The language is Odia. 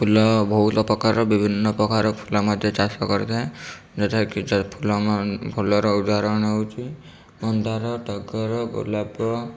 ଫୁଲ ବହୁତ ପ୍ରକାରର ବିଭିନ୍ନ ପ୍ରକାରର ଫୁଲ ମଧ୍ୟ ଚାଷ କରାଯାଏ ଯେଉଁଟା କି ଫୁଲର ଉଦାହରଣ ହେଉଛି ମନ୍ଦାର ଟଗର ଗୋଲାପ